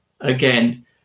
again